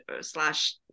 slash